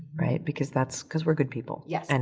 right? because that's, because we're good people. yes. and